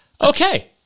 okay